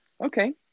Okay